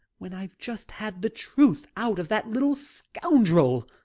when i've just had the truth out of that little scoundrel!